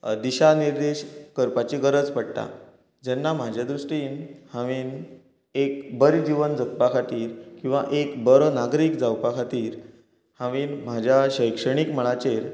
दिशा निर्देश करपाची गरज पडटा जेन्ना म्हाजे दृश्टीन हांवेंन एक बरें जिवन जगपा खातीर किंवां एक बरो नागरीक जावपा खातीर हांवेंन म्हाज्या शैक्षणीक मळाचेर